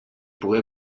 pogué